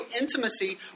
intimacy